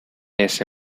ese